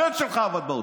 הבן שלך עבד באוצר.